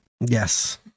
Yes